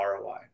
ROI